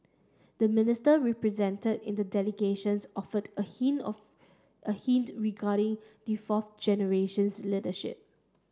the Minister represented in the delegations offered a him of a hint regarding the fourth generations leadership